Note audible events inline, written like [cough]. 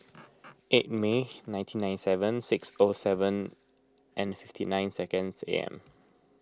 [noise] eight May nineteen ninety seven six four seven and fifty nine seconds A M